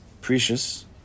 Precious